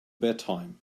bedtime